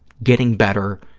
getting better,